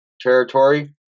Territory